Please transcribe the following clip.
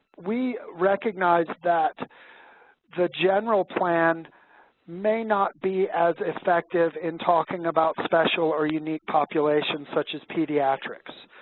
we recognized that the general plan may not be as effective in talking about special or unique population such as pediatrics.